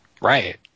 Right